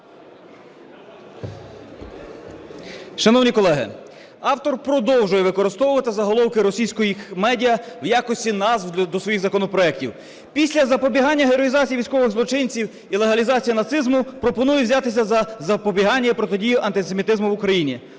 Шановні колеги, автор продовжує використовувати заголовки російських медіа в якості назв до своїх законопроектів. Після запобігання героїзації військових злочинців і легалізації нацизму пропонує взятися за запобігання і протидію антисемітизму в Україні.